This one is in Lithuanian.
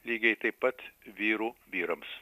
lygiai taip pat vyrų vyrams